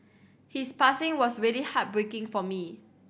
his passing was really heartbreaking for me